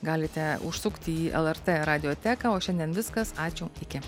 galite užsukt į lrt radioteką o šiandien viskas ačiū iki